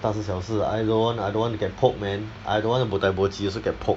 大事小事 I don't want I don't want to get poked man I don't want bo dai bo ji also get poked